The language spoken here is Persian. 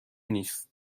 نیست